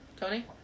Tony